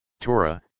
Torah